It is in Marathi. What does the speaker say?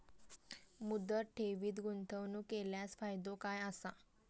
मुदत ठेवीत गुंतवणूक केल्यास फायदो काय आसा?